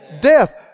death